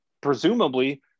presumably